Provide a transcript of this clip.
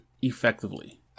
effectively